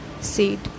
seed